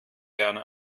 gerne